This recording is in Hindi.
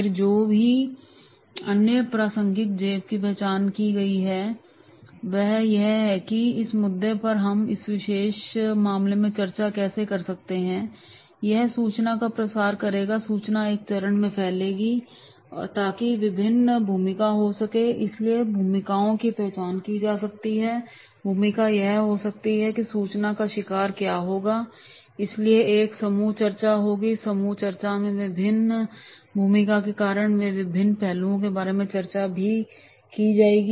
फिर जो भी अन्य अप्रासंगिक जेब की पहचान की गई है वह यह हो सकती है कि इस मुद्दे पर हम इस विशेष मामले में चर्चा कैसे कर सकते हैं फिर यह सूचना का प्रसार करेगा सूचना एक चरण में फैलेगी ताकि विभिन्न भूमिका हो सके इसलिए भूमिकाओं की पहचान की जा सकती है भूमिका यह हो सकती है कि सूचना का शिकार क्या होगा इसलिए एक समूह चर्चा होगी और समूह चर्चा में विभिन्न भूमिका के कारण वे विभिन्न पहलुओं के बारे में चर्चा भी की जाएगी